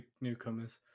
newcomers